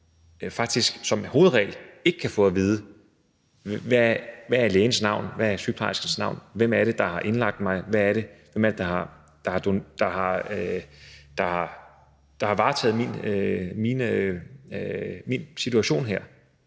som hovedregel ikke kan få at vide, hvad lægens navn er, hvad sygeplejerskens navn er, hvem der har indlagt en, hvem der har varetaget ens situation.